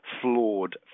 flawed